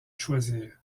choisir